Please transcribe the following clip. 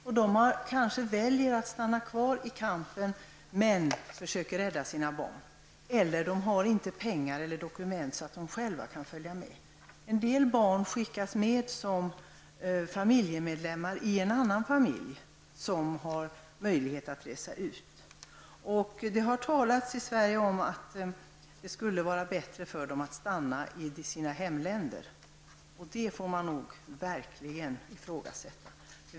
Och de kanske väljer att stanna kvar för att delta i kampen men försöker rädda sina barn, eller också har de inte pengar eller dokument så att de själva kan följa med. En del barn skickas med som familjemedlemmar i en annan familj som har möjlighet att resa ut från landet. Det har talats i Sverige om att det skulle vara bättre för dem att stanna i sina hemländer. Men det får man verkligen ifrågasätta.